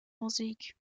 musik